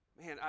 Man